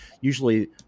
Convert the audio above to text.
usually